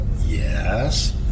Yes